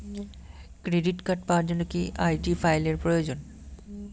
Credit card পাওয়ার জন্য কি আই.ডি ফাইল এর প্রয়োজন?